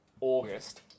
August